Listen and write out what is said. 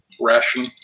ration